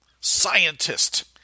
scientist